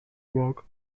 work